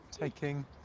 taking